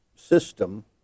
system